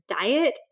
diet